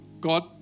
God